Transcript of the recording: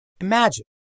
Imagine